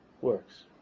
works